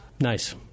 Nice